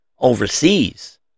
overseas